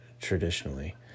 traditionally